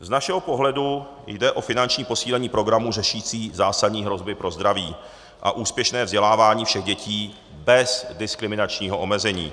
Z našeho pohledu jde o finanční posílení programu řešící zásadní hrozby pro zdraví a úspěšné vzdělávání všech dětí bez diskriminačního omezení.